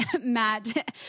Matt